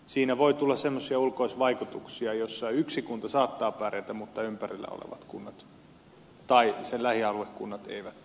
siinä voi tulla semmoisia ulkoisvaikutuksia joissa yksi kunta saattaa pärjätä mutta ympärillä olevat kunnat tai sen lähialuekunnat eivät pärjää